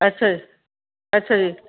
ਅੱਛਾ ਜੀ ਅੱਛਾ ਜੀ